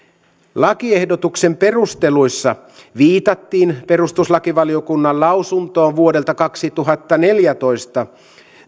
lakiehdotuksen perusteluissa viitattiin perustuslakivaliokunnan lausuntoon vuodelta kaksituhattaneljätoista